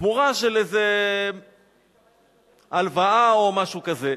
בתמורה לאיזו הלוואה או משהו כזה.